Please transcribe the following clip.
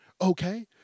Okay